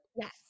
Yes